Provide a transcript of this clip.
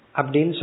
abdin